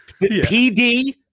PD